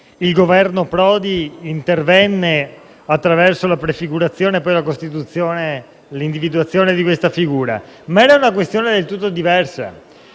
il Governo Prodi intervenne attraverso la prefigurazione, la costituzione e l'individuazione di questa figura. Ma era una questione del tutto diversa,